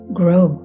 grow